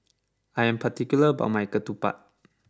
I am particular about my Ketupat